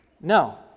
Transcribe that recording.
No